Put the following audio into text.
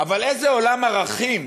אבל איזה עולם ערכים